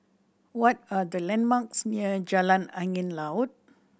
what are the landmarks near Jalan Angin Laut